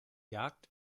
jagd